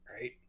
right